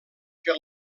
que